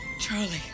charlie